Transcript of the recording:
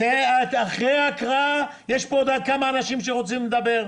אחרי ההקראה יש פה עוד כמה אנשים שרוצים לדבר,